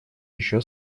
еще